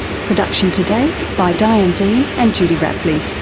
production today by diane dean and judy rapley.